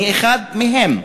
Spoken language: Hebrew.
אני אחד מהם.